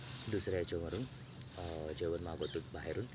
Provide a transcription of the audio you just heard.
दुसऱ्याच्या ह्याच्यावरून जेवण मागवतो बाहेरून